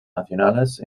nacionales